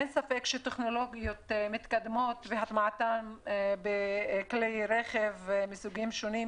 אין ספק שטכנולוגיות מתקדמות והטמעתן בכלי רכב מסוגים שונים